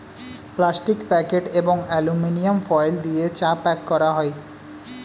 plastic packet এবং aluminium foil দিয়ে চা প্যাক করা হয়